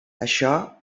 això